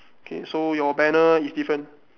okay so your banner is different